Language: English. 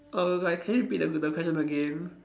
err like can you repeat the the question again